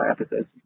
episodes